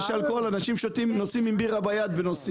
אנשים נוסעים עם בירה ביד.